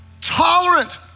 tolerant